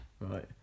right